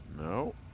No